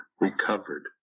recovered